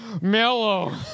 mellow